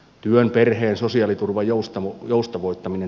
työn perheen sosiaaliturvan joustavoittaminen